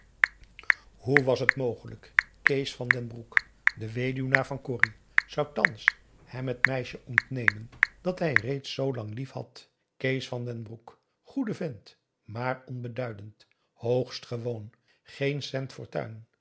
hoe was het mogelijk kees van den broek de weduwnaar van corrie zou thans hem t meisje ontnemen dat hij reeds zoo lang lief had kees van den broek goede vent maar onbeduidend hoogst gewoon geen cent fortuin